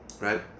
right